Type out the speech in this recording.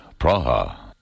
Praha